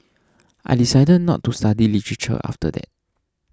I decided not to study literature after that